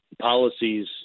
policies